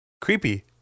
Creepy